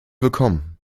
willkommen